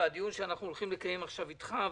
הדיון שאנחנו הולכים לקיים עכשיו איתך,